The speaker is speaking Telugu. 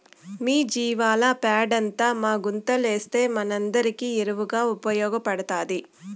మీ జీవాల పెండంతా మా గుంతలేస్తే మనందరికీ ఎరువుగా ఉపయోగపడతాది